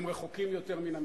הם רחוקים יותר מן המרכז.